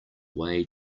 way